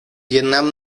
vietnam